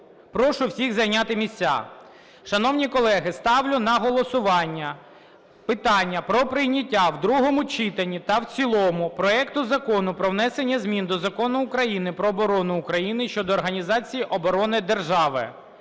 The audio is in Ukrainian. Прошу всіх зайняти місця. Шановні колеги, ставлю на голосування питання про прийняття в другому читанні та в цілому проекту Закону про внесення змін до Закону України "Про оборону України" щодо організації оборони держави